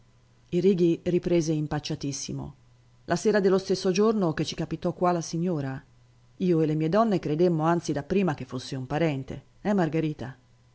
righi riprese impacciatissimo la sera dello stesso giorno che ci capitò qua la signora io e le mie donne credemmo anzi dapprima che fosse un parente eh margherita